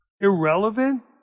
irrelevant